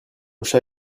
chat